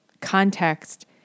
context